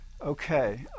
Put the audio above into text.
Okay